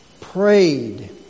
prayed